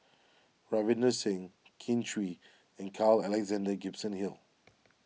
Ravinder Singh Kin Chui and Carl Alexander Gibson Hill